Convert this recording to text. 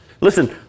Listen